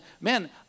man